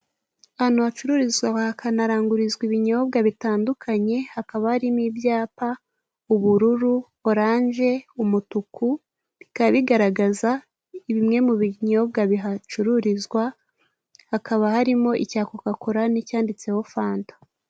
Ahantu hacururizwa hakanarangurizwa ibinyobwa bitandukanye, hakaba harimo ibyapa, ubururu, oranje, umutuku, bikababigaragaza bimwe mu binyobwa bihacururizwa hakaba harimo icya koka kora n'icyaditseho fanda.